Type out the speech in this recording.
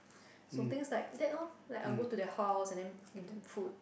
so things like that oh like I'll go to their house and then give them food